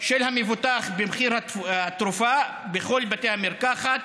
של המבוטח במחיר התרופה בכל בתי המרקחת,